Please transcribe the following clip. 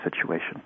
situation